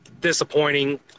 disappointing